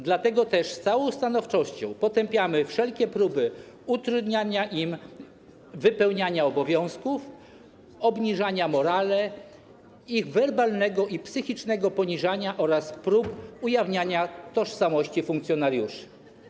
Dlatego też z całą stanowczością potępiamy wszelkie próby utrudniania im wypełniania obowiązków, obniżania morale, werbalnego i psychicznego poniżania oraz ujawniania tożsamości funkcjonariuszy.